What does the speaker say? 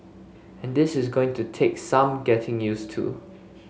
and this is going to take some getting use to